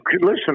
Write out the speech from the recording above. listen